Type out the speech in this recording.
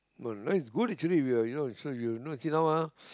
now is good actually you so you know you sit down ah